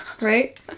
right